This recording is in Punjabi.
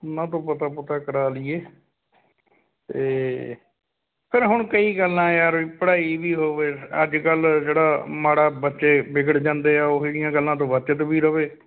ਉਨ੍ਹਾਂ ਤੋਂ ਪਤਾ ਪੁਤਾ ਕਰਾ ਲਈਏ ਅਤੇ ਫਿਰ ਹੁਣ ਕਈ ਗੱਲਾਂ ਯਾਰ ਪੜ੍ਹਾਈ ਵੀ ਹੋਵੇ ਅੱਜ ਕੱਲ੍ਹ ਜਿਹੜਾ ਮਾੜਾ ਬੱਚੇ ਵਿਗੜ ਜਾਂਦੇ ਆ ਉਹ ਜਿਹੀਆਂ ਗੱਲਾਂ ਤੋਂ ਬਚਤ ਵੀ ਰਹੇ